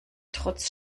trotz